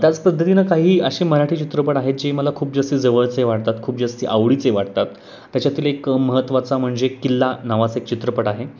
त्याच पद्धतीनं काही असे मराठी चित्रपट आहेत जे मला खूप जास्ती जवळचे वाटतात खूप जास्ती आवडीचे वाटतात त्याच्यातील एक महत्वाचा म्हणजे किल्ला नावाचं एक चित्रपट आहे